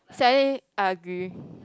sadly I agree